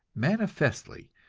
manifestly,